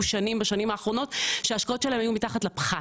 שנים בשנים האחרונות שההשקעות שלהם היו מתחת לפחת,